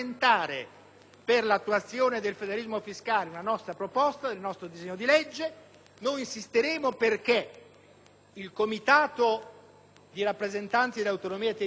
per l'attuazione del federalismo fiscale, una proposta contenuta nel nostro disegno di legge. Noi insisteremo perché il comitato di rappresentanti delle autonomie territoriali